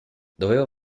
dovevo